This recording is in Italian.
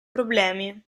problemi